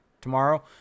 tomorrow